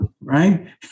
right